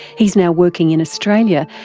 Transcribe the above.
he's now working in australia,